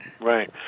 Right